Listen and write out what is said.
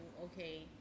okay